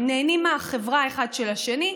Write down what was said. הם נהנים מהחברה אחד של השני,